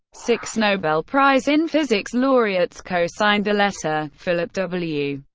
six nobel prize in physics laureates co-signed the letter philip w.